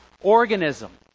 organism